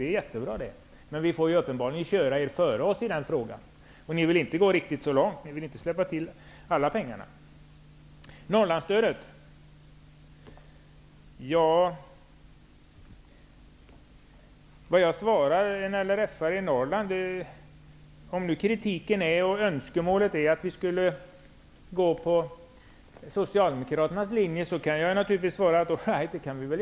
Det är jättebra, men vi får ju uppenbarligen köra er före oss i den frågan. Ni vill inte gå riktigt så långt. Ni vill inte släppa till alla pengarna. När det gäller Norrlandsstödet frågade Åke Selberg mig vad jag svarar en LRF:are i Norrland. Om nu önskemålet är att vi skulle gå på Socialdemokraternas linje kan jag naturligtvis svara att vi väl kan göra det.